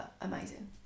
amazing